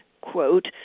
quote